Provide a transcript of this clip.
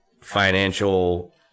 financial